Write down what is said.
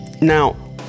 Now